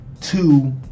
Two